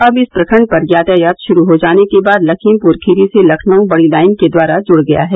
अब इस प्रखंड पर यातायात शुरू हो जाने के बाद लखीमपुर खीरी से लखनऊ बड़ी लाइन के द्वारा जुड़ गया है